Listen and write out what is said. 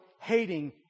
hating